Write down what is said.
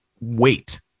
wait